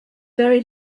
very